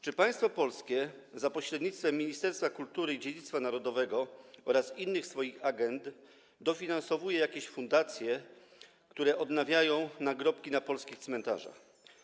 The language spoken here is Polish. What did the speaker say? Czy państwo polskie za pośrednictwem Ministerstwa Kultury i Dziedzictwa Narodowego oraz innych swoich agend dofinansowuje fundacje, które odnawiają nagrobki na polskich cmentarzach?